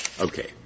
Okay